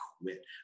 quit